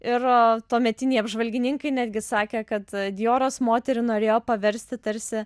ir tuometiniai apžvalgininkai netgi sakė kad dioras moterį norėjo paversti tarsi